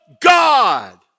God